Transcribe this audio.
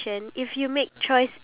iya